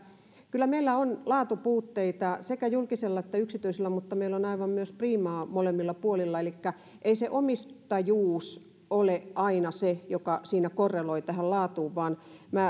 kyllä meillä on laatupuutteita sekä julkisella että yksityisellä mutta meillä on aivan myös priimaa molemmilla puolilla elikkä ei se omistajuus ole aina se joka siinä korreloi tähän laatuun vaan minä